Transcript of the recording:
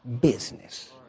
business